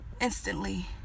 instantly